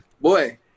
Boy